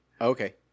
Okay